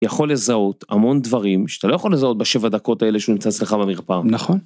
יכול לזהות המון דברים שאתה לא יכול לזהות בשבע הדקות האלה שהוא נמצא אצלך במרפאה. נכון.